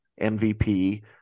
mvp